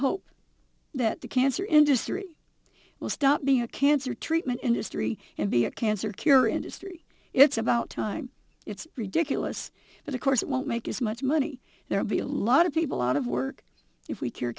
hope that the cancer industry will stop being a cancer treatment industry and be a cancer cure industry it's about time it's ridiculous but of course it won't make as much money there will be a lot of people out of work if we